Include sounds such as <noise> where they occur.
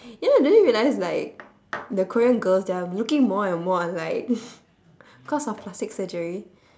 you know do you realise like the koreans girls they are looking more and more like <laughs> because of plastic surgery